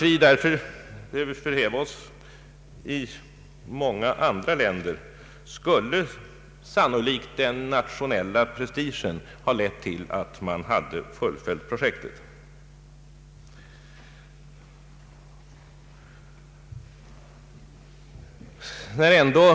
I många andra länder skulle också sannolikt den nationella prestigen ha lett till att man hade fullföljt projektet. Jag nämner detta utan att därför mena att vi behöver förhäva oss.